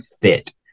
fit